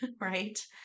right